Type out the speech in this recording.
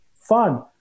fun